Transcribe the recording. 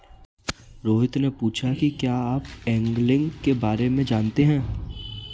रोहित ने पूछा कि क्या आप एंगलिंग के बारे में जानते हैं?